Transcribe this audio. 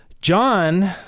John